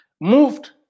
moved